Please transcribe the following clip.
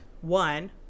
one